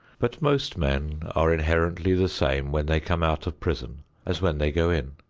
but most men are inherently the same when they come out of prison as when they go in.